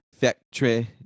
factory